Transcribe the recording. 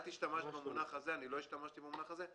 את השתמשת במונח הזה, אני לא השתמשתי במונח הזה.